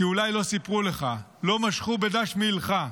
כי אולי לא סיפרו לך, לא משכו בדש מעילך.